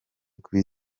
kuri